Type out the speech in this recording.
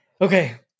Okay